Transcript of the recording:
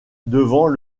devant